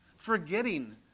Forgetting